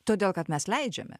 todėl kad mes leidžiame